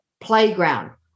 playground